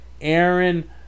Aaron